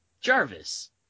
Jarvis